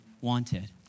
wanted